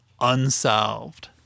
unsolved